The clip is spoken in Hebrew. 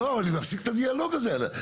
לא, אני מפסיק את הדיאלוג הזה.